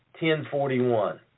1041